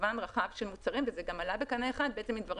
רחב של מוצרים וזה גם עלה בקנה אחד עם דברים